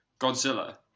Godzilla